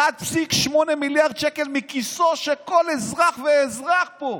1.8 מיליארד שקל מכיסו של כל אזרח ואזרח פה.